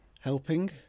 Helping